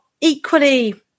equally